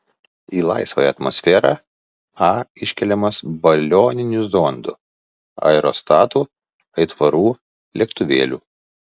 į laisvąją atmosferą a iškeliamas balioninių zondų aerostatų aitvarų lėktuvėlių